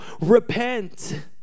repent